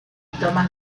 tomas